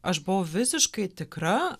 aš buvau visiškai tikra